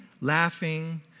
laughing